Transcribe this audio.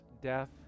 death